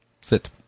Sit